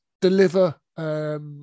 deliver